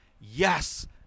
yes